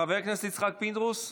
חבר הכנסת יצחק פינדרוס,